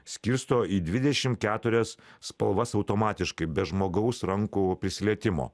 skirsto į dvidešim keturias spalvas automatiškai be žmogaus rankų prisilietimo